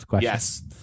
Yes